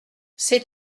sais